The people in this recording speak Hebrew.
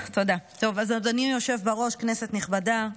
אדוני היושב בראש, כנסת נכבדה,